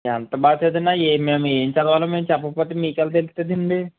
ఎంత బాగా చదివినా ఏమి మేము ఏమి చదవాలో మేము చెప్పకపోతే మీకు ఎలా తెలుస్తుందండి